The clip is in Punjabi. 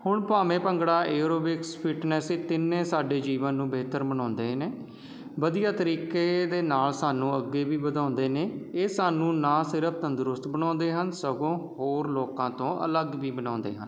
ਹੁਣ ਭਾਵੇਂ ਭੰਗੜਾ ਐਰੋਬਿਕਸ ਫਿੱਟਨੈੱਸ ਇਹ ਤਿੰਨੇ ਸਾਡੇ ਜੀਵਨ ਨੂੰ ਬਿਹਤਰ ਬਣਾਉਂਦੇ ਨੇ ਵਧੀਆ ਤਰੀਕੇ ਦੇ ਨਾਲ਼ ਸਾਨੂੰ ਅੱਗੇ ਵੀ ਵਧਾਉਂਦੇ ਨੇ ਇਹ ਸਾਨੂੰ ਨਾ ਸਿਰਫ਼ ਸਾਨੂੰ ਤੰਦਰੁਸਤ ਬਣਾਉਂਦੇ ਹਨ ਸਗੋਂ ਹੋਰ ਲੋਕਾਂ ਤੋਂ ਅਲੱਗ ਵੀ ਬਣਾਉਂਦੇ ਹਨ